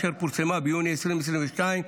אשר פורסמה ביוני 2022,